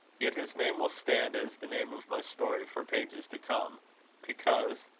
yet his name will stand as the name of my story for pages to come because,